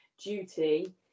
duty